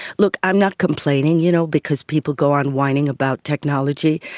look, i'm not complaining you know because people go on whining about technology,